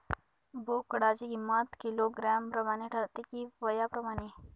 बोकडाची किंमत किलोग्रॅम प्रमाणे ठरते कि वयाप्रमाणे?